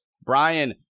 Brian